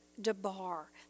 debar